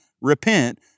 Repent